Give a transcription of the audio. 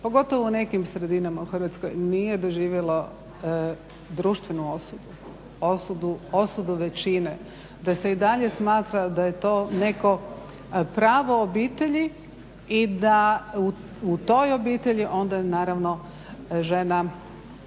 pogotovo u nekim sredinama u Hrvatskoj nije doživjelo društvenu osudu, osudu većine, da se i dalje smatra da je to neko pravo obitelji i da u toj obitelji onda žena jest